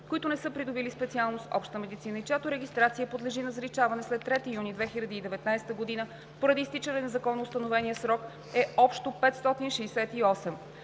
които не са придобили специалност „Обща медицина“ и чиято регистрация подлежи на заличаване след 3 юни 2019 г. поради изтичане на законоустановения срок, е общо 568.